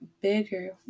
bigger